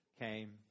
came